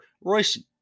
Royce